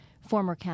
former